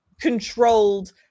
controlled